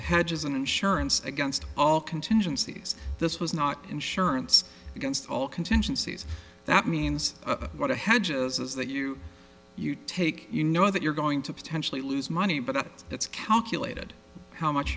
hedge is an insurance against all contingencies this was not insurance against all contingencies that means what a hedge is is that you you take you know that you're going to potentially lose money but it's calculated how much